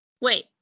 Wait